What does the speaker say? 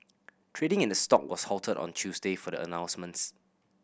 trading in the stock was halted on Tuesday for the announcements